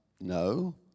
no